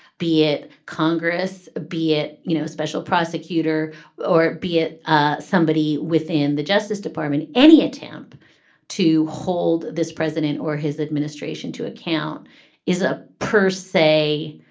be it congress, be it, you know, a special prosecutor or be it ah somebody within the justice department, any attempt to hold this president or his administration to account is is a purse, say,